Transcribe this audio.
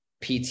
PT